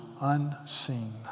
unseen